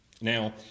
Now